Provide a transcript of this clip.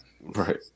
Right